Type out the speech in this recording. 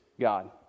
God